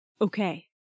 Okay